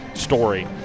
story